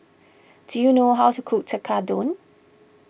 do you know how to cook Tekkadon